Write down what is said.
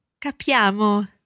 Capiamo